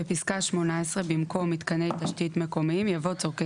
בפסקה (18) במקום "מתקני תשתית מקומיים" יבוא "צרכי